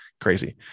crazy